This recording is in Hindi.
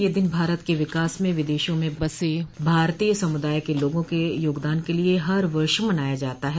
यह दिन भारत के विकास में विदेशों में बसे भारतीय समुदाय के लोगों के योगदान के लिए हर वर्ष मनाया जाता है